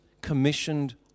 commissioned